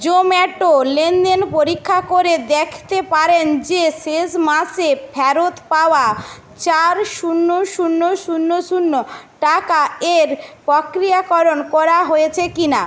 জোম্যাটো লেনদেন পরীক্ষা করে দেখতে পারেন যে শেষ মাসে ফেরত পাওয়া চার শূন্য শূন্য শূন্য শূন্য টাকা এর প্রক্রিয়াকরণ করা হয়েছে কি না